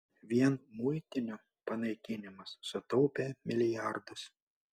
vien muitinių panaikinimas sutaupė milijardus